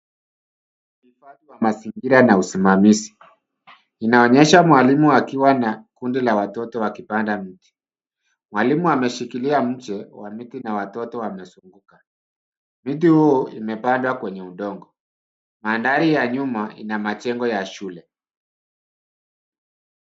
Uhifadhi wa mazingira na usimamizi. Inaonyesha mwalimu akiwa na kundi la watoto wakipanda mti. Mwalimu ameshikilia mche wa miti na watoto wanazunguka. Miti huo imepandwa kwenye udongo. Mandhari ya nyuma ina majengo ya shule.